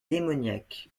démoniaque